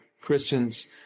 Christians